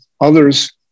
Others